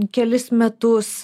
kelis metus